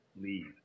Leave